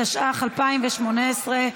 התשע''ח 2018,